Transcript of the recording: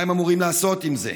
מה הם אמורים לעשות עם זה?